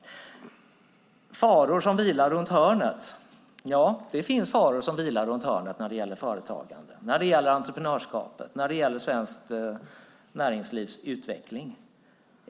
Faror som vilar runt hörnet - ja, det finns faror som vilar runt hörnet för företagande, entreprenörskapet och svenskt näringslivs utveckling.